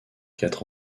quatre